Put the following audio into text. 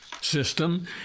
system